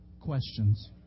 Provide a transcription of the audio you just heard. questions